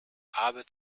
aber